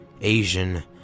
Asian